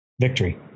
victory